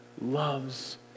loves